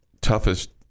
toughest